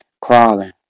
Crawling